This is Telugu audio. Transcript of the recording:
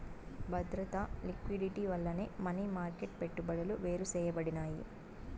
బద్రత, లిక్విడిటీ వల్లనే మనీ మార్కెట్ పెట్టుబడులు వేరుసేయబడినాయి